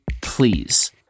please